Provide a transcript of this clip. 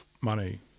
money